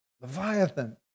Leviathan